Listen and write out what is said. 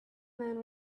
man